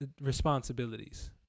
responsibilities